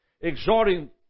exhorting